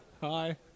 Hi